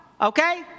okay